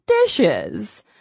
dishes